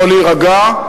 יכול להירגע.